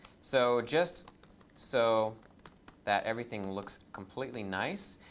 so just so that everything looks completely nice,